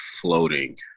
floating